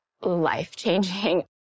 life-changing